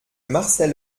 marcel